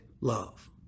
love